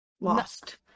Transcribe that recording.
Lost